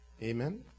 Amen